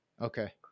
Okay